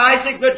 Isaac